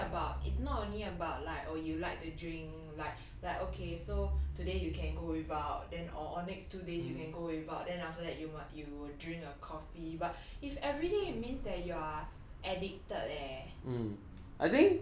is is not only about is not only about like oh you like to drink like like okay so today you can go without then or next two days you can go without then after that you might you would drink a coffee but if everyday it means that you are addicted eh